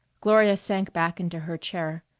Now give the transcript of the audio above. gloria sank back into her chair.